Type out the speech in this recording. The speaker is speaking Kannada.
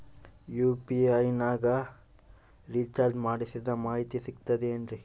ಯು.ಪಿ.ಐ ನಾಗ ನಾ ರಿಚಾರ್ಜ್ ಮಾಡಿಸಿದ ಮಾಹಿತಿ ಸಿಕ್ತದೆ ಏನ್ರಿ?